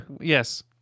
yes